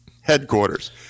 headquarters